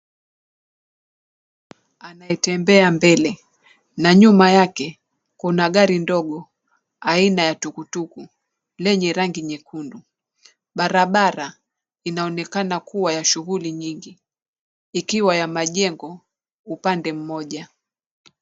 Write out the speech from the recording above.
Anayetembea mbele na nyuma yake kuna gari ndogo aina ya tukutuku lenye rangi nyekundu. Barabara inaonekana kuwa ya shughuli nyingi, ikiwa ya majengo upande mmoja.